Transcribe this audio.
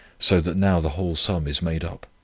so that now the whole sum is made up.